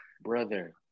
Brother